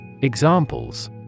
Examples